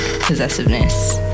possessiveness